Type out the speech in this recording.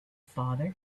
father